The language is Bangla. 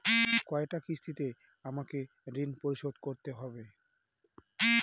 কয়টা কিস্তিতে আমাকে ঋণ পরিশোধ করতে হবে?